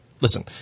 listen